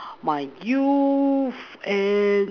my youth and